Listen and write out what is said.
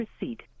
receipt